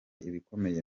ibikomeye